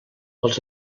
els